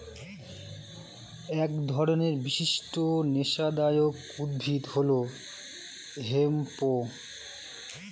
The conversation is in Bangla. এক ধরনের বিশিষ্ট নেশাদায়ক উদ্ভিদ হল হেম্প